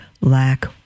lack